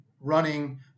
running